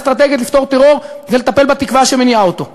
לפני דקה הוא רצה לרצוח יהודי חף מפשע,